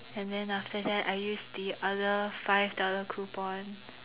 and then after that I use the other five dollar coupon